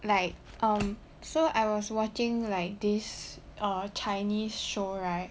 like um so I was watching like this err chinese show right